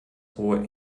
hohe